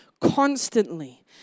constantly